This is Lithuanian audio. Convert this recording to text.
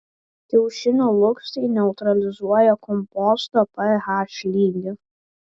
kiaušinių lukštai neutralizuoja komposto ph lygį